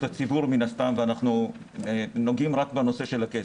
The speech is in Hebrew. הציבור ואנחנו נוגעים רק בנושא של הכסף.